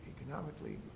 economically